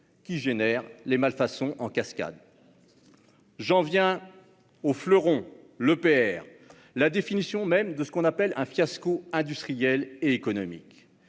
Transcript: qui suscite des malfaçons en cascade. J'en viens au fleuron, l'EPR, la définition même de ce que l'on appelle un fiasco industriel et économique,